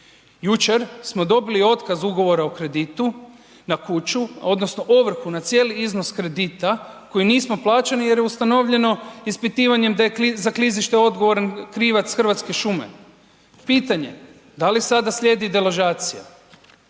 Jučer smo dobili otkaz ugovora o kreditu na kuću odnosno ovrhu na cijeli iznos kredita koji nismo plaćali jer je ustanovljeno ispitivanjem da je za klizište odgovoran krivac Hrvatske šume. Pitanje, da li sada slijedi deložacija?